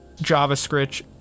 JavaScript